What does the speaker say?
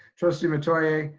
trustee metoyer. yeah